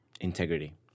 integrity